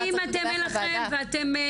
אם אין לכם,